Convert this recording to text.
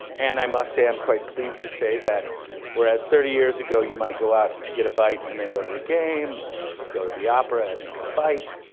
and i must say, i'm quite pleased to say that whereas thirty years ago you might go out to get a bite and then go to the game or go to the opera and then get a bite,